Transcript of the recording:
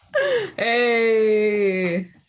Hey